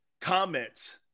comments